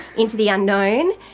into the unknown,